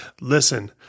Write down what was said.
Listen